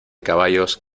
caballos